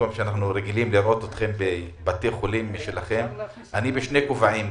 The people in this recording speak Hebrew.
אנחנו רגילים לראות אתכם בבתי החולים שלכם אני בשני כובעים,